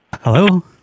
Hello